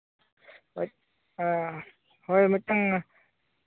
ᱦᱳᱭ ᱚ ᱦᱳᱭ ᱢᱤᱫᱴᱟᱝ